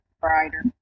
brighter